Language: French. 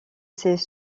ces